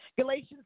Galatians